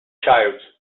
child